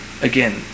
again